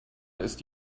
ist